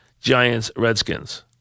Giants-Redskins